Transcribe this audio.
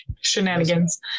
shenanigans